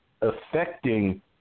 affecting